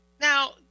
Now